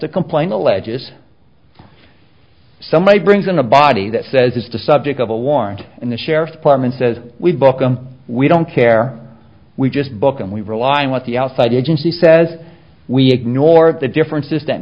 the complaint alleges somebody brings in a body that says it's the subject of a warrant and the sheriff's department says we booked them we don't care we just book and we rely on what the outside agency says we ignore the differences that